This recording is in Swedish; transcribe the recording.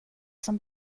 som